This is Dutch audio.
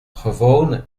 gewoon